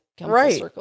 Right